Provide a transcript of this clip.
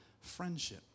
friendship